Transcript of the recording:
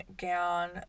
gown